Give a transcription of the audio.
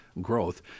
growth